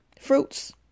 Fruits